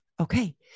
Okay